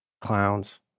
Clowns